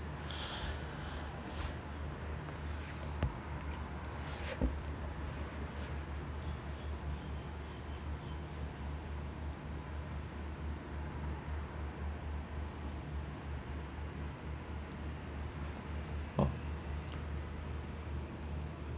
oh